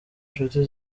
nshuti